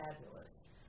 fabulous